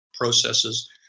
processes